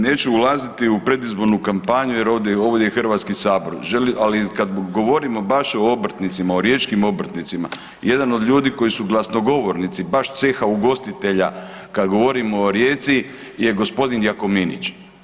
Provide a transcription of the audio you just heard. Neću ulaziti u predizbornu kampanju jer ovdje je Hrvatski sabor, ali kad govorimo baš o obrtnicima, o riječkim obrtnicima, jedan od ljudi koji su glasnogovornici baš ceha ugostitelja, kad govorimo o Rijeci je g. Jakominić.